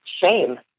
shame